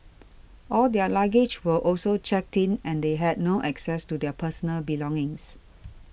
all their luggage were also checked in and they had no access to their personal belongings